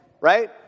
Right